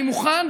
אני מוכן,